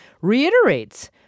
reiterates